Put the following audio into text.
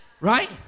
right